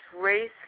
race